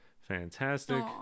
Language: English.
fantastic